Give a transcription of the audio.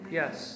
yes